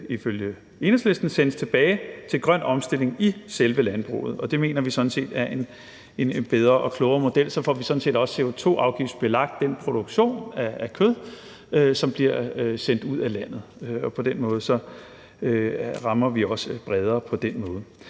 ifølge Enhedslisten sendes tilbage til grøn omstilling i selve landbruget, og det mener vi sådan set er en bedre og klogere model; så får vi sådan set også CO2-afgiftsbelagt den produktion af kød, som bliver sendt ud af landet, og på den måde rammer vi også bredere. Hvad